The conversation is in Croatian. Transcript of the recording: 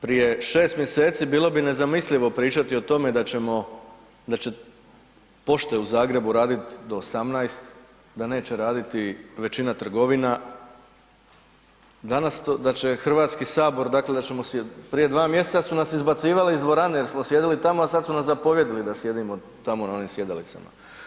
Prije 6 mjeseci bilo bi nezamislivo pričati o tome da ćemo, da će pošte u Zagrebu raditi do 18, da neće raditi većina trgovina, danas, da će Hrvatski sabor, dakle da ćemo si, prije 2 mjeseca su nas izbacivali iz dvorane jer smo sjedili tamo, a sad su nam zapovjedili da sjedimo tamo na onim sjedalicama.